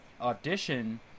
audition